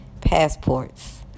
passports